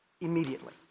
immediately